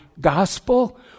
gospel